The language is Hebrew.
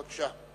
בבקשה.